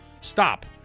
Stop